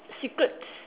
secrets